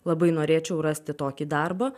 labai norėčiau rasti tokį darbą